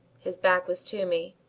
his back was to me.